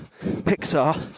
Pixar